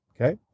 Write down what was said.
Okay